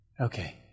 okay